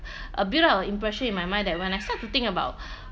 a bit of impression in my mind that when I start to think about